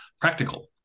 practical